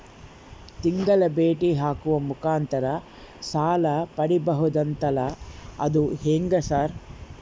ತಿಂಗಳ ಚೇಟಿ ಹಾಕುವ ಮುಖಾಂತರ ಸಾಲ ಪಡಿಬಹುದಂತಲ ಅದು ಹೆಂಗ ಸರ್?